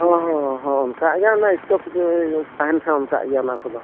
ᱦᱮᱸ ᱦᱮᱸ ᱦᱮᱸ ᱚᱱᱠᱟ ᱜᱮ ᱚᱱᱟ ᱥᱴᱚᱠ ᱛᱟᱦᱮᱱ ᱠᱷᱟᱱ ᱚᱱᱠᱟᱜ ᱜᱮᱭᱟ ᱚᱱᱟ ᱠᱚᱫᱚ